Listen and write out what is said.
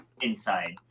inside